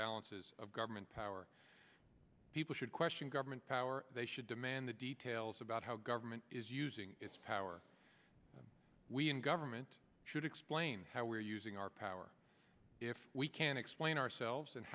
balances of government power people should question government power they should demand the details about how government is using its power we in government should explain how we're using our power if we can explain ourselves and